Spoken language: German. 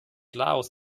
laos